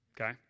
Okay